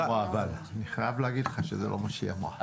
האם אני יכולה לפרש את איש ואשתו ברוח השוויון,